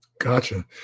Gotcha